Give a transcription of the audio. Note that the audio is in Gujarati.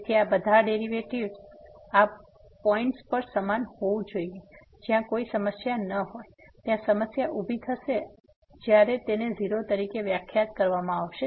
તેથી આ બધા ડેરિવેટિવ્ઝ તેથી તે આ પોઈન્ટ્સ પર સમાન હોવું જોઈએ જ્યાં કોઈ સમસ્યા ન હોયત્યાં સમસ્યા ઉભી થશે જ્યારે તેને 0 તરીકે વ્યાખ્યાયિત કરવામાં આવશે